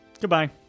Goodbye